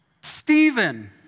Stephen